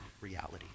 reality